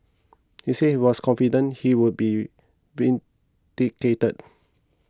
he said he was confident he would be vindicated